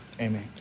amen